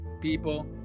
people